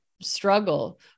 struggle